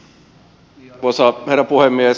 arvoisa herra puhemies